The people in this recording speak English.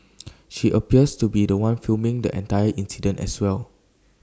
she appears to be The One filming the entire incident as well